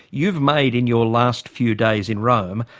you've made, in your last few days in rome,